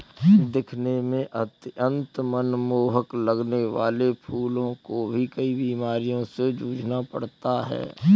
दिखने में अत्यंत मनमोहक लगने वाले फूलों को भी कई बीमारियों से जूझना पड़ता है